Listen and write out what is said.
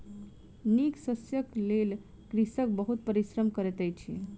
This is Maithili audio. नीक शस्यक लेल कृषक बहुत परिश्रम करैत अछि